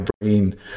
brain